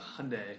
Hyundai